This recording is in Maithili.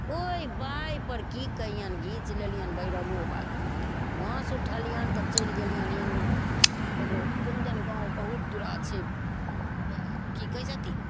ओहि बाइपर कि कहिअनि घीचि लेलिअनि भैरवो बाबाके वहाँ से उठलिअनि तब चलि गेलिअनि एन्ने एगो कोनदन गाम बहुत दूर छै वएह कि कहै छथिन